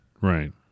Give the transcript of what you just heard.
right